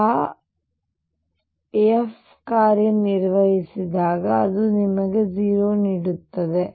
ಆದ್ದರಿಂದ ಅ ನಲ್ಲಿ f ಕಾರ್ಯನಿರ್ವಹಿಸಿದಾಗ ಅದು ನಿಮಗೆ 0 ನೀಡುತ್ತದೆ